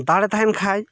ᱫᱟᱲᱮ ᱛᱟᱦᱮᱸᱱ ᱠᱷᱟᱱ